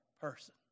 person